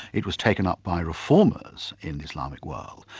it was taken up by reformers in the islamic world.